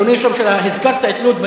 אדוני ראש הממשלה, הזכרת את לוד.